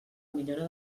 millora